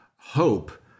hope